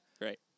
Great